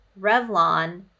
Revlon